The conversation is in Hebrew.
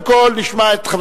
חבר